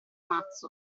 mazzo